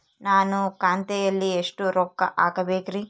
ನಾನು ಖಾತೆಯಲ್ಲಿ ಎಷ್ಟು ರೊಕ್ಕ ಹಾಕಬೇಕ್ರಿ?